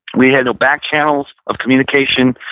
we had no back channels of communication.